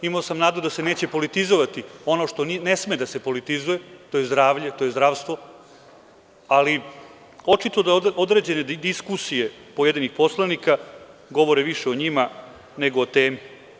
Imao sam nadu da se neće politizovati ono što ne sme da se politizuje, to je zdravstvo, ali očito da određene diskusije pojedinih poslanika govore više o njima nego o temi.